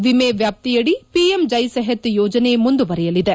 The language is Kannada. ವಿಮೆ ವ್ಲಾಪ್ತಿಯಡಿ ಪಿಎಂ ಜಯ್ ಸೆಪತ್ ಯೋಜನೆ ಮುಂದುವರೆಯಲಿದೆ